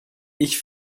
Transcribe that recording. ich